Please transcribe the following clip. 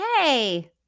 hey